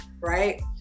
right